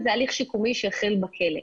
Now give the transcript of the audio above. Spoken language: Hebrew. זה הליך שיקומי שהחל בכלא.